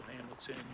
hamilton